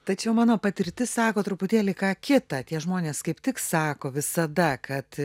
tačiau mano patirtis sako truputėlį ką kita tie žmonės kaip tik sako visada kad